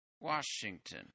Washington